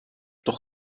doch